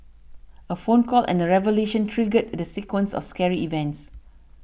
a phone call and a revelation triggered the sequence of scary events